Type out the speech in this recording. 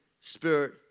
Spirit